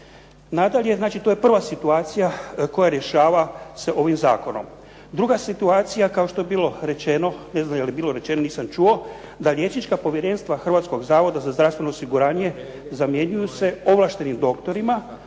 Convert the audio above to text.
to je prva situacija koja rješava se ovim zakonom. Druga situacija kao što je bilo rečeno, ne znam je li bilo rečeno, nisam čuo da liječnička povjerenstva Hrvatskog zavoda za zdravstveno osiguranje zamjenjuju se ovlaštenim doktorima